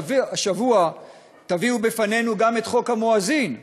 השבוע תביאו בפנינו גם את חוק המואזין.